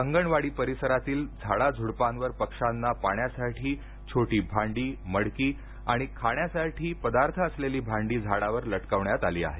अंगणवाडी परिसरातील झाडा झुडपांवर पक्ष्यांना पाण्यासाठी छोटी भांडी मडकीआणि खाण्यासाठी पदार्थ असलेली भांडी झाडावर लटकवण्यात आली आहेत